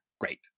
Great